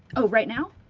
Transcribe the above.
oh right now?